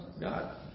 God